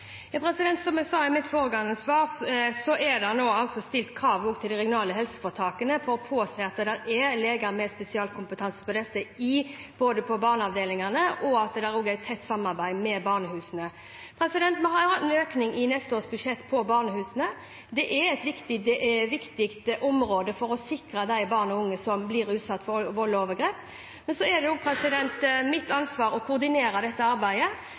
Som jeg sa i mitt forrige svar, er det nå stilt krav til de regionale helseforetakene for å påse at det er leger med spesialkompetanse på dette i barneavdelingene, og at det er et tett samarbeid med barnehusene. Vi har en økning i neste års budsjett til barnehusene. Det er et viktig område for å sikre barn og unge som er utsatt for vold og overgrep. Det er også mitt ansvar å koordinere dette arbeidet.